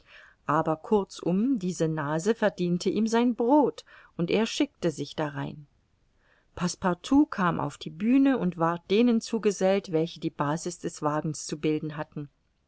aber kurzum diese nase verdiente ihm sein brod und er schickte sich darein passepartout kam auf die bühne und ward denen zugesellt welche die basis des wagens zu bilden hatten